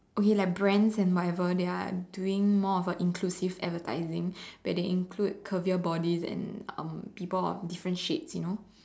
okay like brands and whatever they're doing more of a inclusive advertising where they include curvier bodies and um people of different shapes you know